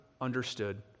understood